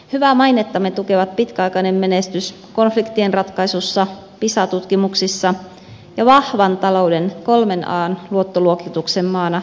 hyvää mainettamme tukevat pitkäaikainen menestys konfliktien ratkaisussa pisa tutkimuksissa ja vahvan talouden kolmen an luottoluokituksen maana heikkonakin aikana